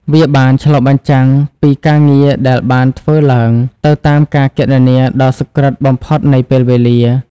វាបានឆ្លុះបញ្ចាំងពីការងារដែលបានធ្វើឡើងទៅតាមការគណនាដ៏សុក្រិតបំផុតនៃពេលវេលា។